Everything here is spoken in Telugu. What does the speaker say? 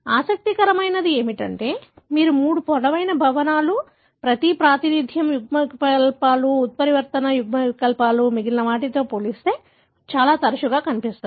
ఆసక్తికరమైనది ఏమిటంటే కాబట్టి మీరు 3 పొడవైన భవనాలు ప్రతి ప్రాతినిధ్యం యుగ్మవికల్పాలు ఉత్పరివర్తన యుగ్మవికల్పాలు మిగిలిన వాటితో పోలిస్తే చాలా తరచుగా కనిపిస్తాయి